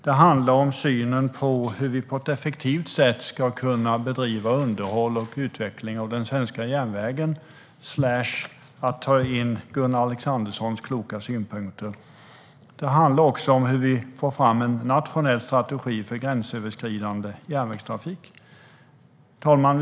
Det handlar om synen på hur vi på ett effektivt sätt ska kunna bedriva underhåll och utveckling av den svenska järnvägen slash ta in Gunnar Alexanderssons kloka synpunkter. Det handlar också om hur vi får fram en nationell strategi för gränsöverskridande järnvägstrafik. Herr talman!